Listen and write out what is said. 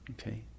Okay